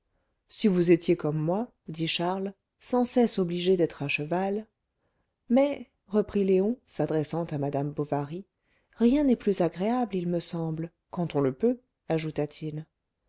si vous étiez comme moi dit charles sans cesse obligé d'être à cheval mais reprit léon s'adressant à madame bovary rien n'est plus agréable il me semble quand on le peut